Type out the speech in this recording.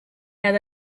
had